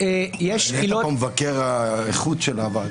נהיית פה מבקר האיכות של הוועדה.